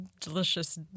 delicious